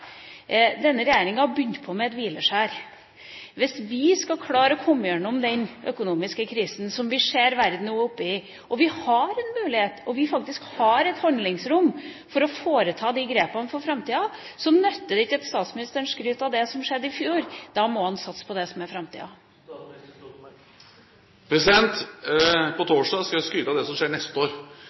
Denne regjeringa begynte med et hvileskjær. Hvis vi skal klare å komme gjennom den økonomiske krisen som vi ser at verden nå er oppe i – og vi har en mulighet, og vi har faktisk et handlingsrom for å foreta grepene for framtida – nytter det ikke at statsministeren skryter av det som skjedde i fjor, da må han satse på det som er framtida. På torsdag skal jeg skryte av det som skjer neste år,